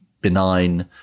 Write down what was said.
benign